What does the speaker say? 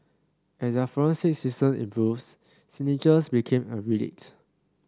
as their forensic systems improves signatures became a relics